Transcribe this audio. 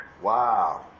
Wow